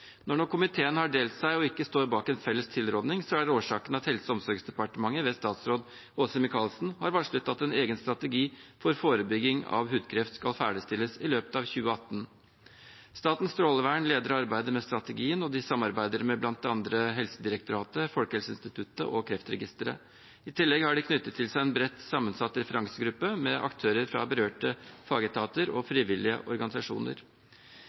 Når komiteen nå har delt seg og ikke står bak en felles tilråding, er årsaken at Helse- og omsorgsdepartementet ved statsråd Åse Michaelsen har varslet at en egen strategi for forebygging av hudkreft skal ferdigstilles i løpet av 2018. Statens strålevern leder arbeidet med strategien, og de samarbeider med bl.a. Helsedirektoratet, Folkehelseinstituttet og Kreftregisteret. I tillegg har de knyttet til seg en bredt sammensatt referansegruppe med aktører fra berørte fagetater og frivillige organisasjoner.